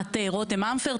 חברת "רותם אמפרט",